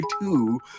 two